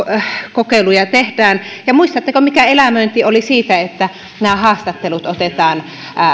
kokeiluja tehdään muistatteko mikä elämöinti oli siitä että nämä haastattelut otetaan